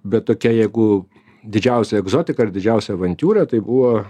bet tokia jeigu didžiausia egzotika ir didžiausia avantiūra tai buvo